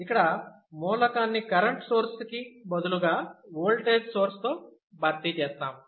ఇక్కడ మూలకాన్ని current source కి బదులుగా ఓల్టేజ్ సోర్స్తో భర్తీ చేస్తాము